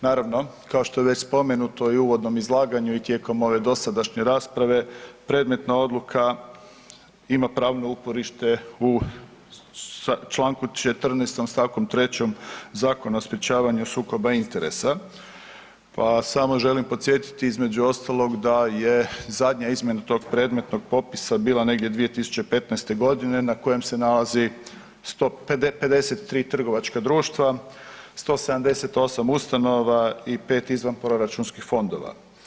Naravno kao što je već spomenuto i u uvodnom izlaganju i tijekom ove dosadašnje rasprave predmetna odluka ima pravno uporište u Članku 14. stavku 3. Zakona o sprječavanju sukoba interesa pa samo želim podsjetiti između ostalog da je zadnja izmjena tog predmetnog popisa bila negdje 2015. godine na kojem se nalazi 53 trgovačka društva, 178 ustanova i 5 izvanproračunskih fondova.